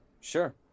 Sure